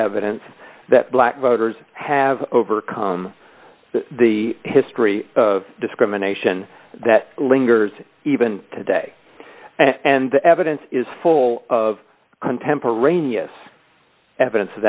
evidence that black voters have overcome the history of discrimination that lingers even today and the evidence is full of contemporaneous evidence of